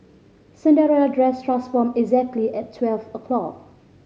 Cinderella dress transformed exactly at twelve o'clock